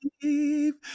believe